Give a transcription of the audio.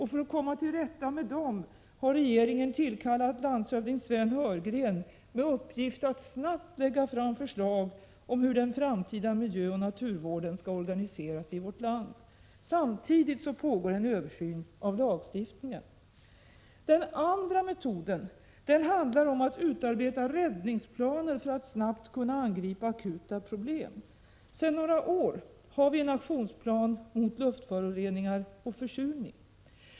För att komma till rätta med dessa har regeringen tillkallat landshövding Sven Heurgren som fått i uppgift att snabbt lägga fram förslag om hur den framtida miljöoch naturvården skall organiseras i vårt land. Samtidigt pågår en översyn av lagstiftningen. Den andra metoden handlar om att utarbeta räddningsplaner för att snabbt kunna angripa akuta problem. Sedan några år tillbaka har vi en aktionsplan mot luftföroreningar och försurning.